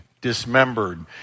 dismembered